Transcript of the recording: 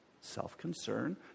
self-concern